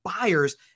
buyers